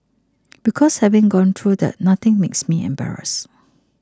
because having gone through that nothing makes me embarrassed